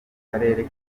karere